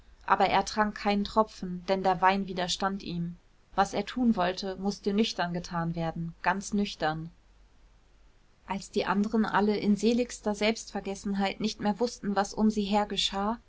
aber er trank keinen tropfen denn der wein widerstand ihm was er tun wollte mußte nüchtern getan werden ganz nüchtern als die anderen alle in seligster selbstvergessenheit nicht mehr wußten was um sie her geschah